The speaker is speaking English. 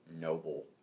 noble